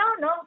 no